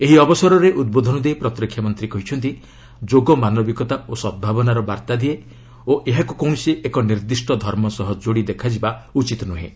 ଏହି ଅବସରରେ ଉଦ୍ବୋଧନ ଦେଇ ପ୍ରତୀରକ୍ଷା ମନ୍ତ୍ରୀ କହିଛନ୍ତି ଯୋଗ ମାନବିକତା ଓ ସଦ୍ଭାବନାର ବାର୍ତ୍ତା ଦିଏ ଓ ଏହାକୁ କୌଣସି ଏକ ନିର୍ଦ୍ଦିଷ୍ଟ ଧର୍ମ ସହ ଯୋଡ଼ି ଦେଖାଯିବା ଉଚିତ୍ ନୁହେଁ